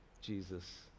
Jesus